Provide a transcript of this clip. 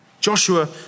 Joshua